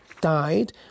died